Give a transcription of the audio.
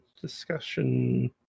discussion